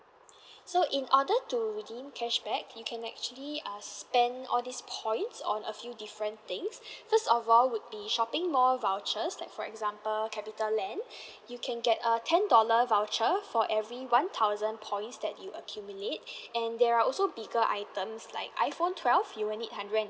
so in order to redeem cashback you can actually err spend all these points on a few different things first of all would be shopping mall vouchers like for example capital land you can get a ten dollar voucher for every one thousand points that you accumulate and there are also bigger items like iphone twelve you will need hundred and